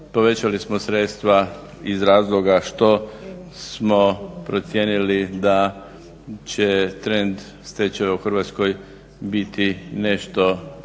povećali smo sredstva iz razloga što smo procijenili da će trend stečajeva u Hrvatskoj biti nešto isti